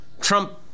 Trump